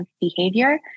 behavior